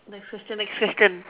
next question next question